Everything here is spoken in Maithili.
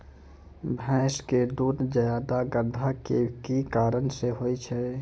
भैंस के दूध ज्यादा गाढ़ा के कि कारण से होय छै?